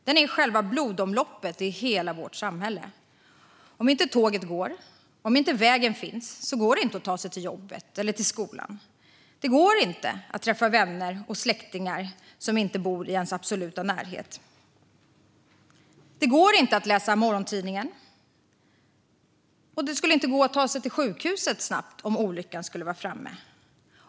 Den är själva blodomloppet i hela vårt samhälle. Om tågen inte går eller om vägen inte finns går det inte att ta sig till jobbet eller skolan. Det går inte att träffa vänner och släktingar om de inte bor i ens absoluta närhet. Det går inte läsa morgontidningen, och det går inte att ta sig till sjukhuset snabbt om olyckan skulle vara framme.